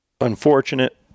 unfortunate